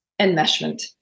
enmeshment